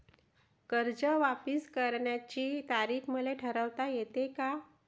कर्ज वापिस करण्याची तारीख मले ठरवता येते का?